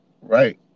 right